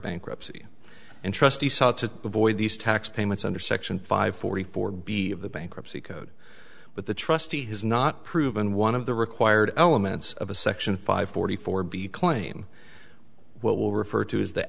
bankruptcy and trustee sought to avoid these tax payments under section five forty four b of the bankruptcy code but the trustee has not proven one of the required elements of a section five forty four b claim what we refer to is the